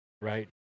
Right